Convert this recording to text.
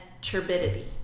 turbidity